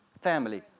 family